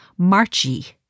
marchy